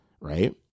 right